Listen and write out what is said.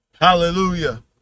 Hallelujah